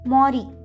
Mori